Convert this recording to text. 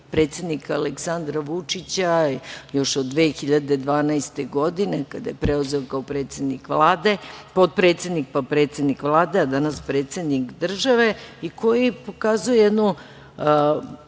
predsednika Aleksandra Vučića još od 2012. godine, kada je preuzeo kao predsednik Vlade, potpredsednik pa predsednik Vlade, a danas predsednik države koj pokazuje jednu